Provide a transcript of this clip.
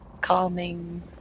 calming